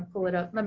pull it up.